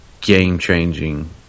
game-changing